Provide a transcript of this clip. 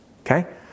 Okay